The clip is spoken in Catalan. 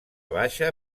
baixa